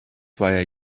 why